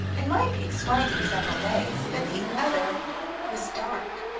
and might be explained in several ways, but the other was dark.